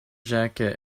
jacket